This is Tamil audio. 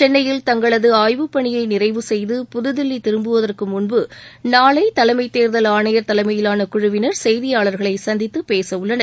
சென்னையில் தங்களது ஆய்வு பணியை நிறைவு செய்து புதுதில்லி திரும்புவதற்கு முன்பு நாளை தலைமைத் தேர்தல் ஆணையர் தலைமையிலானக்குழவினர் செய்தியாளர்களை சந்தித்து பேசவுள்ளனர்